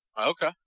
Okay